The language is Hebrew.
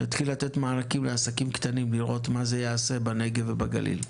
להתחיל לתת מענקים לעסקים קטנים ולראות מה זה יעשה בנגב ובגליל.